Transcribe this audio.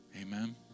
Amen